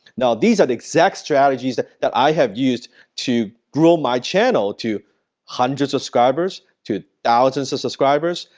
now these and exact strategies that that i have used to grow my channel to hundreds subscribers, to thousands of subscribers,